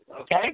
okay